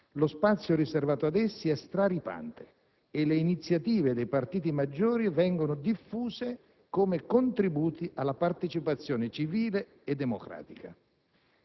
lo spazio riservato ad essi è straripante e le iniziative dei partiti maggiori vengono diffuse come contributi alla partecipazione civile e democratica.